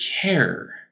care